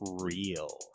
Real